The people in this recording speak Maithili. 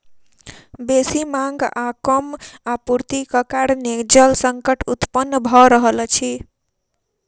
बेसी मांग आ कम आपूर्तिक कारणेँ जल संकट उत्पन्न भ रहल अछि